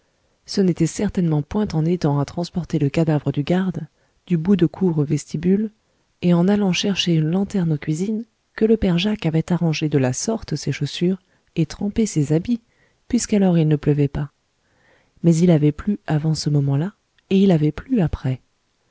ce n'était certainement point en aidant à transporter le cadavre du garde du bout de cour au vestibule et en allant chercher une lanterne aux cuisines que le père jacques avait arrangé de la sorte ses chaussures et trempé ses habits puisque alors il ne pleuvait pas mais il avait plu avant ce moment-là et il avait plu après